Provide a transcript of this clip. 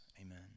Amen